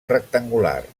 rectangular